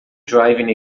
driving